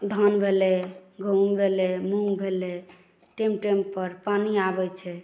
धान भेलै गहूँम भेलै मूँग भेलै टाइम टाइमपर पानी आबैत छै